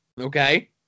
Okay